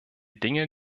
dinge